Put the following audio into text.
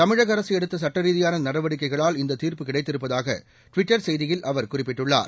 தமிழக அரசு எடுத்த சுட்டரீதியான நடவடிக்கைகளால் இந்த தீர்ப்பு கிடைத்திருப்பதாக ட்விட்டர் செய்தியில் அவர் குறிப்பிட்டுள்ளார்